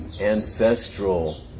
ancestral